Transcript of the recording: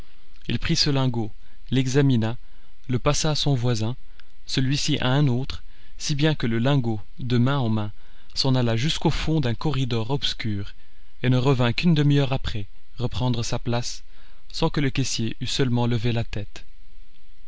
il prit ce lingot l'examina le passa à son voisin celui-ci à un autre si bien que le lingot de main en main s'en alla jusqu'au fond d'un corridor obscur et ne revint qu'une demi-heure après reprendre sa place sans que le caissier eût seulement levé la tête